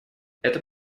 это